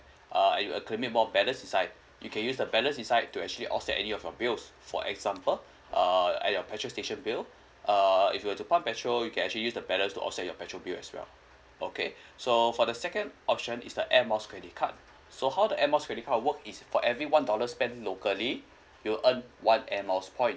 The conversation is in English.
uh it will accumulate more balance inside you can use the balance inside to actually offset any of your bills for example uh at your petrol station bill uh if you were to pump petrol you can actually use the balance to offset your petrol bill as well okay so for the second option is the air miles credit card so how the air miles credit card work is for every one dollar spent locally you'll earn one air miles points